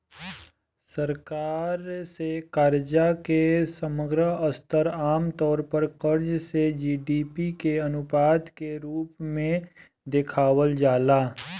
सरकार से कर्जा के समग्र स्तर आमतौर पर कर्ज से जी.डी.पी के अनुपात के रूप में देखावल जाला